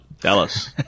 Dallas